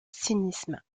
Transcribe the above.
cynisme